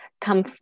come